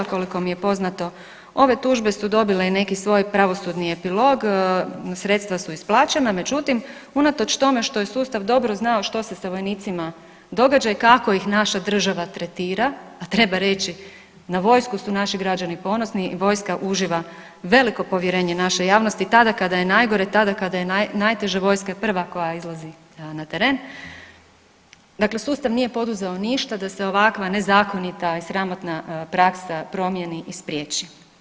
Koliko mi je poznato ove tužbe su dobile i neki svoj pravosudni epilog, sredstva su isplaćena, međutim unatoč tome što je sustav dobro znao što se sa vojnicima događa i kako ih naša država tretira, a treba reći na vojsku su naši građani ponosni i vojska uživa veliko povjerenje naše javnosti, tada kada je najgore, tada kada je najteže vojska je prva koja izlazi na teren, dakle sustav nije poduzeo ništa da se ovakva nezakonita i sramotna praksa promijeni i spriječi.